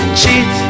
cheat